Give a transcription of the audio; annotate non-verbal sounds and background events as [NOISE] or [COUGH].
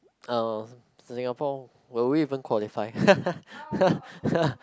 uh singapore will we even qualify [LAUGHS]